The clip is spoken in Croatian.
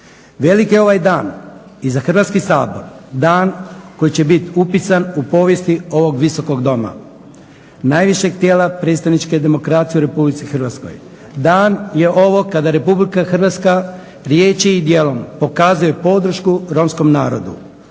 Velik je ovaj dan i za Hrvatski sabor, dan koji će biti upisan u povijesti ovog Visokog doma, najvišeg tijela predstavničke demokracije u RH. Dan je ovo kada RH riječi i djelom pokazuje podršku romskom narodu,